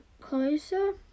closer